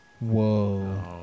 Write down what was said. Whoa